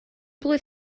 blwydd